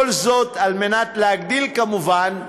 כל זאת כדי להגדיל, כמובן,